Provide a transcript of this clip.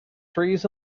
trees